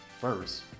first